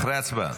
אחרי השר.